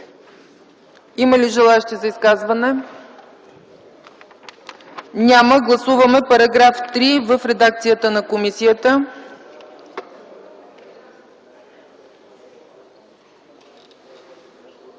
Има ли желаещи за изказване? Няма. Гласуваме § 3 в редакцията на комисията.